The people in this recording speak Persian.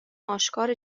آشکار